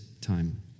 time